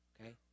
Okay